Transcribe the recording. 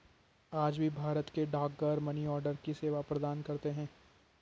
आज भी भारत के डाकघर मनीआर्डर की सेवा प्रदान करते है